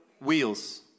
wheels